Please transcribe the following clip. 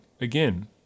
again